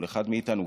כל אחד מאיתנו,